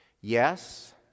Yes